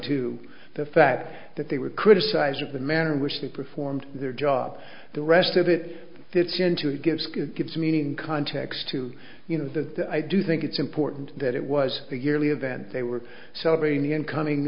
to the fact that they were criticised of the manner in which they performed their job the rest of it fits into it gives gives meaning context to you know that i do think it's important that it was a yearly event they were celebrating the incoming